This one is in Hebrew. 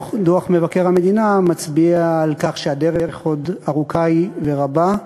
דוח מבקר המדינה מצביע על כך שהדרך עוד ארוכה היא ורבה,